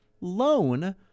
loan